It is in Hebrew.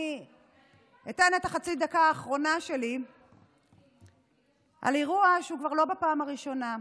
אני אתן את החצי דקה האחרונה שלי לאירוע שהוא כבר לא בפעם הראשונה,